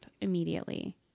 immediately